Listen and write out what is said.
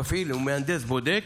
מפעיל ומהנדס בודק,